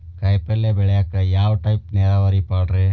ಕಾಯಿಪಲ್ಯ ಬೆಳಿಯಾಕ ಯಾವ ಟೈಪ್ ನೇರಾವರಿ ಪಾಡ್ರೇ?